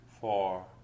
four